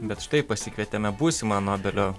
bet štai pasikvietėme būsimą nobelio